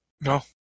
No